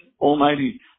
Almighty